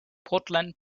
portland